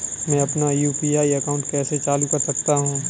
मैं अपना UPI account कैसे चालू कर सकता हूँ?